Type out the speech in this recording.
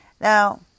Now